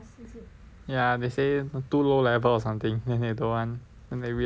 ya they say too low level or something then they don't want then they reapply ah